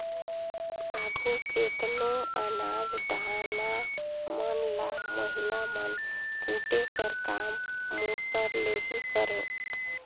आघु केतनो अनाज दाना मन ल महिला मन कूटे कर काम मूसर ले ही करें